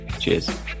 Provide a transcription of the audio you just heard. Cheers